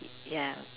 ya